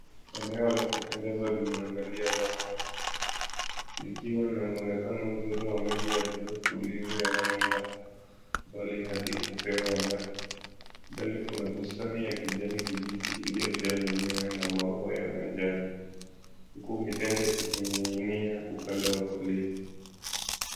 Eneo la kupendeza lililoangalia bahari, likiwa na muonekano mzuri wa maji ya bluu tulivu yanayoenda mbali hadi upeo wa macho. Mbele kuna bustani ya kijani kibichi iliyojaa mimea na maua ya majani. Huku mitende ikining'inia upande wa kulia.